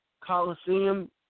Coliseum